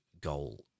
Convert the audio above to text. goal